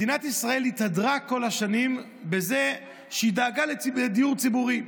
מדינת ישראל התהדרה כל השנים בזה שהיא דאגה לדיור ציבורי.